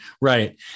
right